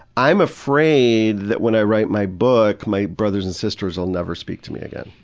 i'm afraid that when i write my book, my brothers and sisters will never speak to me again.